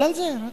בגלל זה.